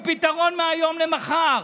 עם פתרון מהיום למחר.